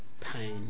pain